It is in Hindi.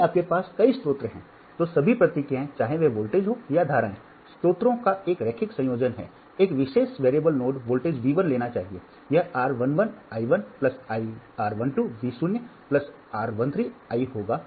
यदि आपके पास कई स्रोत हैं तो सभी प्रतिक्रियाएं चाहे वे वोल्टेज हों या धाराएं स्रोतों का एक रैखिक संयोजन है एक विशेष चर नोड वोल्टेज V 1 लेना चाहिए यह r 1 1 I 1 r 1 2 V 0 r 1 3 I होगा